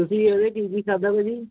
ਤੁਸੀਂ ਇਹਦੇ ਕੀ ਕੀ ਖਾਧਾ ਭਾਅ ਜੀ